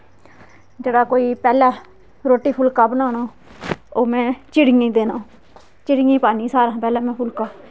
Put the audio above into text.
जेहड़ा कोई पैहलें रोटी फुलका बनाना ओह् में चिड़ियें गी देना चिड़्यें गी पान्नी सारा कोला पैहलें में फुलका